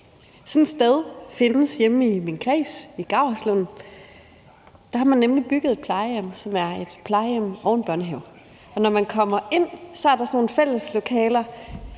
Sådan et sted findes hjemme i min kreds, nemlig i Gauerslund. Der har man nemlig bygget et plejehjem, som er et plejehjem og en børnehave. Når man kommer ind, er der sådan nogle fælleslokaler,